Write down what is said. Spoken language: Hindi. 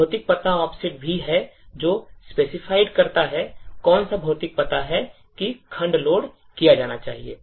भौतिक पता ऑफसेट भी है जो specified करता है कौन सा भौतिक पता है कि खंड लोड किया जाना चाहिए